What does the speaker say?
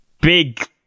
big